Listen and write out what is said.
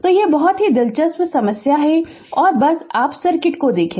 तो यह बहुत ही दिलचस्प समस्या है और बस सर्किट को देखें